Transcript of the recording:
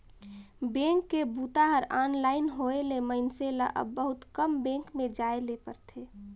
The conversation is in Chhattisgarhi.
बेंक के बूता हर ऑनलाइन होए ले मइनसे ल अब बहुत कम बेंक में जाए ले परथे